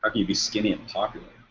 ah can you be skinny and popular!